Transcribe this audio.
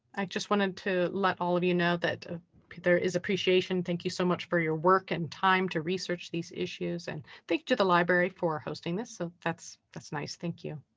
i just wanted to let all of you know that there is appreciation. thank you so much for your work and time to research these issues and thanks to the library for hosting this. so that's, that's nice. thank you.